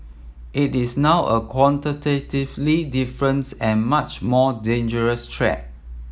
it is now a qualitatively difference and much more dangerous threat